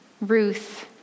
Ruth